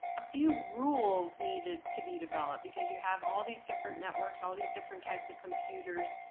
a few rules needed to be developed, because you have all these different networks, all these different types of computers,